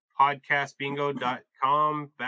Podcastbingo.com